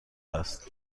است